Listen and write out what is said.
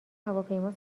هواپیما